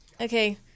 Okay